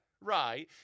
right